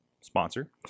Sponsor